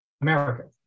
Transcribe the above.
America